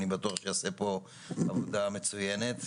אני בטוח שיעשה פה עבודה מצוינת.